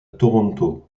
toronto